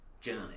journey